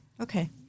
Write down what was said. Okay